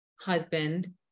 husband